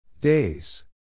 days